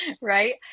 right